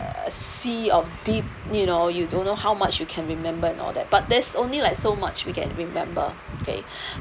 uh sea of deep you know you don't know how much you can remember and all that but there's only like so much we can remember okay